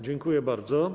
Dziękuję bardzo.